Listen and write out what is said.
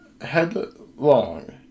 headlong